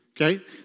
Okay